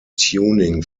tuning